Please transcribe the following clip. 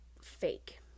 fake